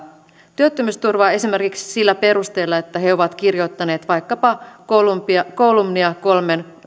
työttömyysturvaa esimerkiksi sillä perusteella että he ovat kirjoittaneet vaikkapa kolumnia kolumnia kolmen